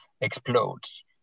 explodes